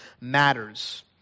matters